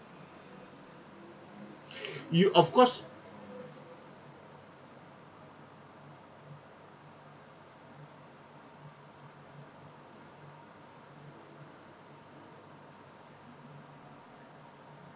you of course